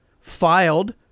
filed